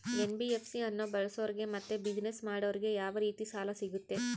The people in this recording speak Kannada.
ಎನ್.ಬಿ.ಎಫ್.ಸಿ ಅನ್ನು ಬಳಸೋರಿಗೆ ಮತ್ತೆ ಬಿಸಿನೆಸ್ ಮಾಡೋರಿಗೆ ಯಾವ ರೇತಿ ಸಾಲ ಸಿಗುತ್ತೆ?